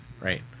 right